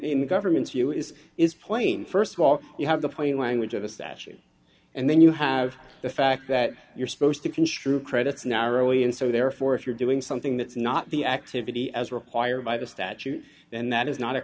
in government's view is is plain st of all you have the point language of a statute and then you have the fact that you're supposed to construe credits narrow and so therefore if you're doing something that's not the activity as required by the statute and that is not a